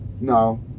No